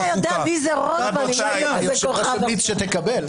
מי היה יודע מי זה רוטמן אם לא היית כזה כוכב עכשיו.